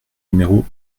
numéro